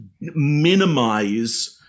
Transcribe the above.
minimize